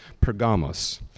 Pergamos